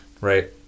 Right